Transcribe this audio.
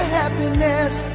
happiness